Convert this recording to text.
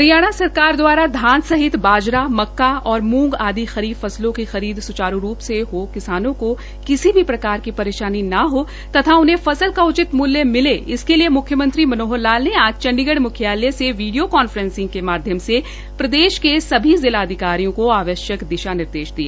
हरियाणा सरकार द्वारा धान सहित बाजरा मक्का और मूंग आदि खरीफ फसलों की खरीद सुचारू रूप से हो किसानों को किसी भी प्रकार की परेशानी न हो तथा उन्हें फसल का उचित मूल्य मिले इसके लिए मुख्यमंत्री मनोहर लाल ने आज चंडीगढ़ मुख्यालय से वीडियो कांफ्रेसिंग के माध्यम से प्रदेश के सभी जिला अधिकारियों को आवश्यक दिशा निर्देश दिए